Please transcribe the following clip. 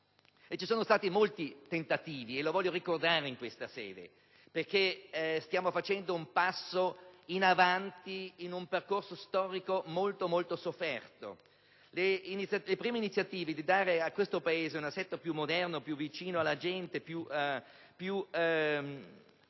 Ci sono stati molti tentativi e li voglio ricordare in questa sede, perché stiamo facendo un passo in avanti in un percorso storico molto, molto sofferto. Le prime iniziative per dare a questo Paese un assetto più moderno e più vicino alla gente, più